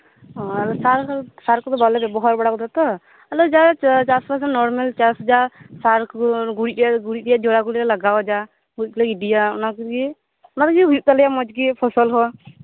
ᱟᱫᱚ ᱥᱟᱨᱠᱚᱫᱚ ᱵᱟᱞᱮ ᱵᱮᱵᱚᱦᱟᱨ ᱵᱟᱲᱟᱣᱟᱠᱟᱫᱟ ᱛᱚ ᱟᱞᱮ ᱡᱟᱞᱮ ᱪᱟᱥᱟ ᱱᱚᱨᱢᱟᱞ ᱪᱟᱥ ᱡᱟ ᱥᱟᱨᱠᱩ ᱜᱩᱨᱤᱡ ᱨᱮᱭᱟᱜ ᱡᱚᱨᱟ ᱠᱩᱞᱮ ᱞᱟᱜᱟᱣᱟ ᱡᱟ ᱜᱩᱨᱤᱡ ᱠᱚᱞᱮ ᱜᱤᱰᱤᱭᱟ ᱚᱱᱟᱠᱩᱜᱤ ᱢᱚᱪᱜᱤ ᱦᱩᱭᱩᱜ ᱛᱟᱞᱮᱭᱟ ᱢᱚᱡᱜᱤ ᱯᱷᱚᱥᱚᱞ ᱦᱚᱸ